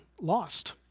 lost